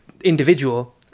individual